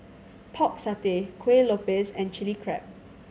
Pork Satay Kuih Lopes and Chili Crab